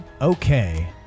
Okay